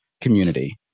community